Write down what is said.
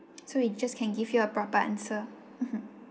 so we just can give you a proper answer mmhmm